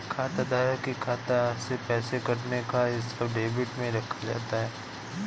खाताधारक के खाता से पैसे कटने का हिसाब डेबिट में रखा जाता है